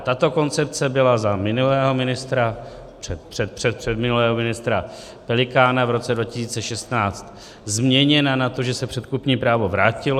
Tato koncepce byla za minulého ministra, předpředminulého ministra Pelikána v roce 2016 změněna na to, že se předkupní právo vrátilo.